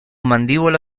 mandíbula